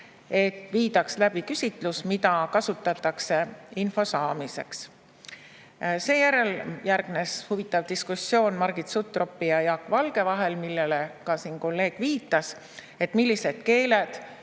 et viidaks läbi küsitlus, mis [allikaid] kasutatakse info saamiseks. Seejärel järgnes huvitav diskussioon Margit Sutropi ja Jaak Valge vahel, millele kolleeg ka siin viitas: millised keeled